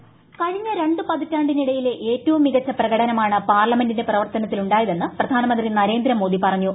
voice കഴിഞ്ഞ രണ്ട് പതിറ്റാണ്ടിനിടയിലെ ഏറ്റവും മികച്ച പ്രകടനമാണ് പാർലമെന്റിന്റെ പ്രവർത്തനത്തിലുണ്ടായതെന്ന് പ്രധാനമന്ത്രി നരേന്ദ്രമോദി പറഞ്ഞു